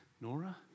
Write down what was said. Nora